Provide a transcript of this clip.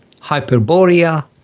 Hyperborea